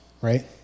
right